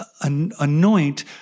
anoint